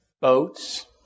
boats